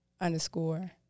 underscore